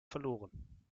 verloren